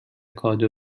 کادو